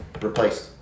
replaced